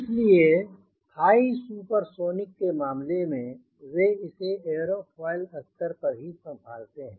इसलिए high supersonic मामले के लिए वे इसे एयरोफॉयल स्तर पर ही संभालते हैं